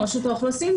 רשות האוכלוסין,